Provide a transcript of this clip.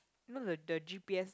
no the the g_p_s